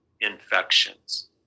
infections